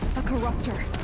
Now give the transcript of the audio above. a corruptor!